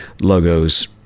logos